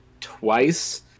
twice